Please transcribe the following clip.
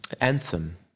Anthem